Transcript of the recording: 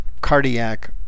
cardiac